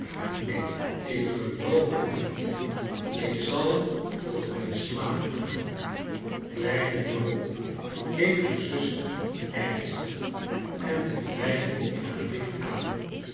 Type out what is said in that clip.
neen ik geloof het niet ik zal hem tot mijn slaaf maken kleine dorrit keek haar zuster ernstig en met twijfel in haar blik aan